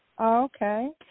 Okay